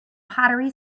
pottery